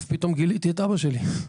זכיתי לגלות אותו פתאום כשהוא יצא לפנסיה.